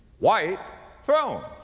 white throne.